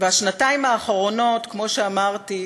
השנתיים האחרונות, כמו שאמרתי,